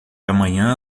amanhã